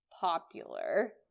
popular